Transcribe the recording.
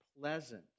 pleasant